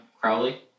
Crowley